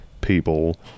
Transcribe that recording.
people